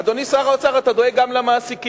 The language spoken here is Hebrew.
אדוני שר האוצר, אתה דואג גם למעסיקים.